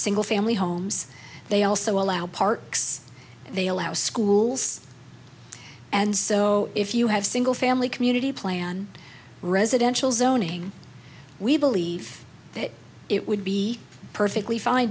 single family homes they also allow part they allow schools and so if you have single family community plan residential zoning we believe that it would be perfectly fine